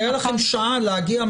היה לכם שעה להגיע.